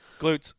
glutes